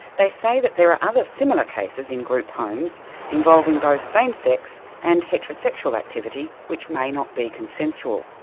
they say that there are other similar cases in group homes involving both same-sex and heterosexual activity which may not be consensual.